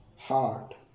heart